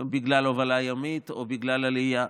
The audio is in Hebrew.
בגלל הובלה ימית או בגלל עלייה,